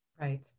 Right